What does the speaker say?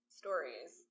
stories